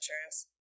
insurance